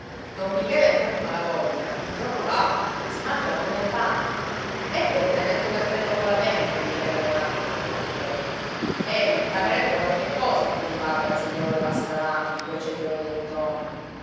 don michele e ntoni malavoglia un giorno o l'altro si mangiano come il pane è quel benedetto cappello colla penna che gli lega le mani a don michele egli pagherebbe qualche cosa a piedipapera se glielo levasse davanti quel cetriolo